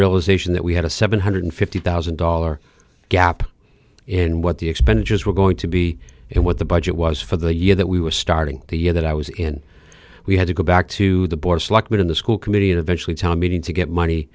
realization that we had a seven hundred fifty thousand dollar gap in what the expenditures were going to be and what the budget was for the year that we were starting the year that i was in we had to go back to the board selected in the school committee eventually town meeting to get money